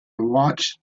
watched